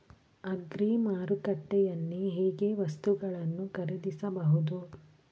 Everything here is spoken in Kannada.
ಅಗ್ರಿ ಮಾರುಕಟ್ಟೆಯಲ್ಲಿ ಹೇಗೆ ವಸ್ತುಗಳನ್ನು ಖರೀದಿಸಬಹುದು?